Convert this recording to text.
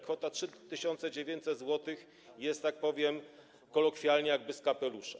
Kwota 3900 zł jest, tak powiem kolokwialnie, jakby z kapelusza.